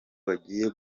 bagiye